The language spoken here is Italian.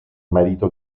marito